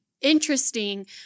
interesting